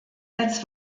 als